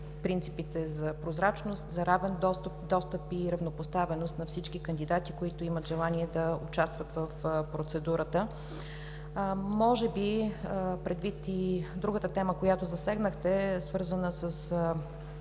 принципите за прозрачност, за равен достъп и равнопоставеност на всички кандидати, които имат желание да участват в процедурата. Може би другата тема, която засегнахте, свързана с